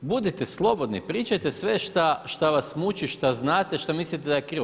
Budite slobodni, pričajte sve šta vas muči, šta znate, šta mislite da je krivo.